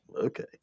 Okay